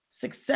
success